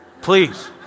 Please